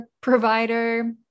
provider